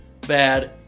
bad